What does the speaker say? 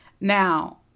Now